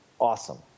awesome